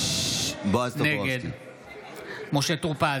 נגד משה טור פז,